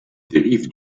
dérive